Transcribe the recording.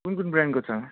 कुन कुन ब्रान्डको छ